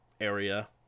area